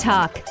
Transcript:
Talk